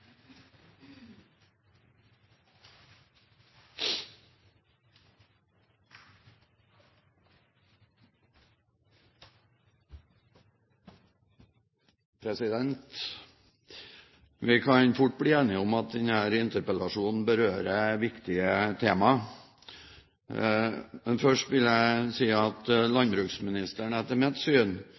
jobb. Vi kan fort bli enige om at denne interpellasjonen berører viktige temaer. Først vil jeg si at landbruksministeren etter mitt syn